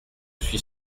suis